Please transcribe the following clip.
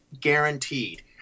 guaranteed